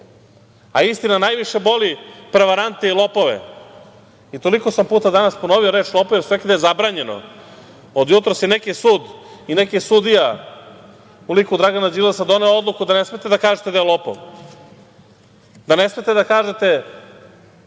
Istina najviše boli prevarante i lopove. Toliko puta sam danas ponovio reč lopov, jer su rekli da je zabranjeno. Od jutros je neki sud i neki sudija u liku Dragana Đilasa doneo odluku da ne smete da kažete da je lopov, da ne smete da kažete